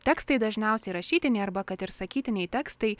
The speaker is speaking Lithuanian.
tekstai dažniausiai rašytiniai arba kad ir sakytiniai tekstai